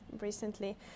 recently